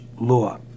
law